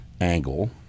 angle